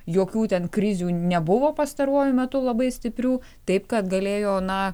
jokių ten krizių nebuvo pastaruoju metu labai stiprių taip kad galėjo na